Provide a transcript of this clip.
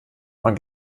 man